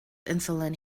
insulin